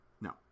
No